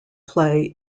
play